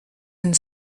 and